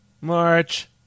March